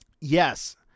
Yes